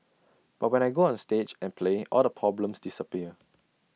but when I go onstage and play all the problems disappear